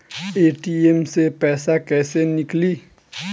ATM से पैसा कैसे नीकली?